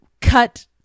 cut